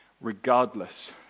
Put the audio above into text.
regardless